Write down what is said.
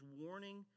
warning